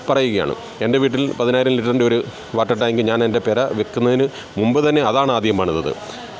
പറയുകയാണ് എൻ്റെ വീട്ടിൽ പതിനായിരം ലിറ്ററിൻ്റെ ഒരു വാട്ടർ ടാങ്ക് ഞാനെൻ്റെ പുര വെക്കുന്നതിന് മുമ്പ് തന്നെ അതാണാദ്യം പണിതത്